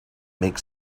make